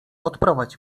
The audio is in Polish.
odprowadź